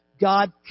God